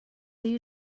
you